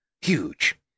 huge